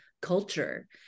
culture